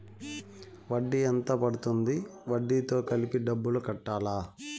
వడ్డీ ఎంత పడ్తుంది? వడ్డీ తో కలిపి డబ్బులు కట్టాలా?